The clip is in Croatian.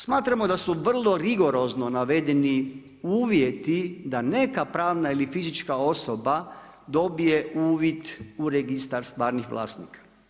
Smatramo da su vrlo rigorozno navedeni uvjeti da neka pravna ili fizička osoba dobije uvid u registar stvarnih vlasnika.